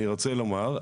אני רוצה לומר,